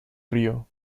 río